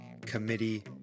committee